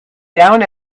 down